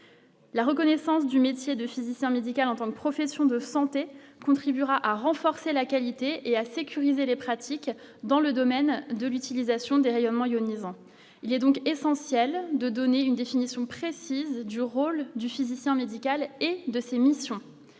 La reconnaissance du métier de physicien médical entendent professions de santé, contribuera à renforcer la qualité et à sécuriser les pratiques dans le domaine de l'utilisation des rayonnements ionisants, il est donc essentiel de donner une définition précise du rôle du physicien médical et de ses missions,